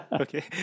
okay